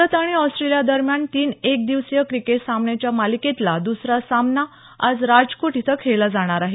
भारत आणि ऑस्ट्रेलियादरम्यान तीन एकदिवसीय क्रिकेट सामन्यांच्या मालिकेतला द्सरा सामना आज राजकोट इथं खेळला जाणार आहे